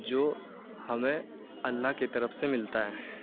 جو ہمیں اللہ کی طرف سے ملتا ہے